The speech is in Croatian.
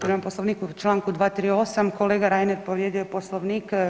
Prema Poslovniku članku 238. kolega Reiner povrijedio je Poslovnik.